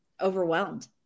overwhelmed